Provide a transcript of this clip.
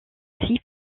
six